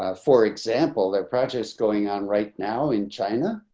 ah for example, their projects going on right now in china,